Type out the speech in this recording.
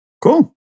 Cool